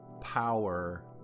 power